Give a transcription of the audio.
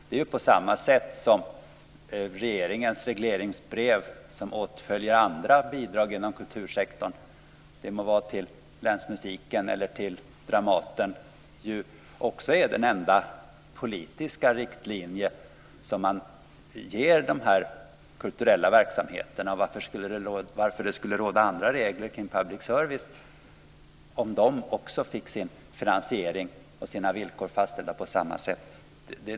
Det är ju på samma sätt med regeringens regleringsbrev som åtföljer andra bidrag inom kultursektorn, det må vara till länsmusiken eller till Dramaten. Det är de enda politiska riktlinjer som man ger dessa kulturella verksamheter. Varför skulle det råda andra regler för public service om de också fick sin finansiering och sina villkor fastställda på samma sätt?